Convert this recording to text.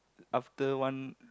after one